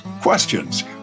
questions